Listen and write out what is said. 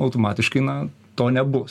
automatiškai na to nebus